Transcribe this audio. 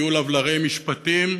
יהיו לבלרי משפטים,